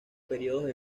períodos